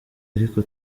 ariko